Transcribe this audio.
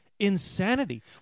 Insanity